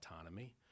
autonomy